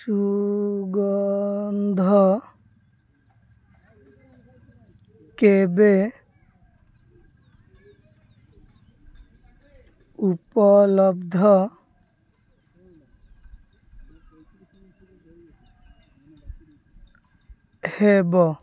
ସୁଗନ୍ଧ କେବେ ଉପଲବ୍ଧ ହେବ